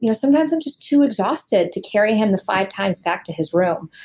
you know sometimes i'm just too exhausted to carry him the five times back to his room.